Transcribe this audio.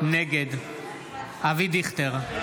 נגד אבי דיכטר,